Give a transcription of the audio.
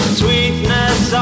sweetness